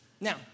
Now